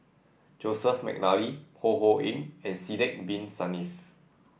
Joseph McNally Ho Ho Ying and Sidek Bin Saniff